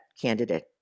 candidate